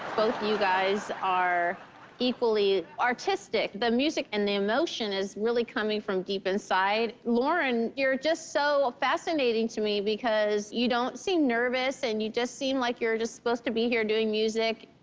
both you guys are equally artistic. the music and the emotion is really coming from deep inside lauren, you're just so fascinating to me because you don't seem nervous and you just seem like you're supposed to be here doing music.